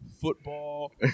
football